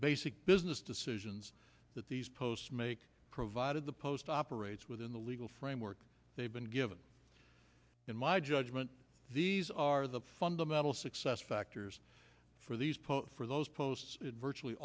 basic business decisions that these posts make provided the post operates within the legal framework they've been given in my judgment these are the fundamental success factors for these put for those posts virtually